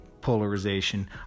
polarization